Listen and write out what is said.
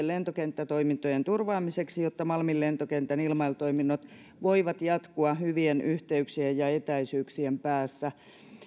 lentokenttätoimintojen turvaamiseksi jotta malmin lentokentän ilmailutoiminnot voivat jatkua hyvien yhteyksien ja etäisyyksien päässä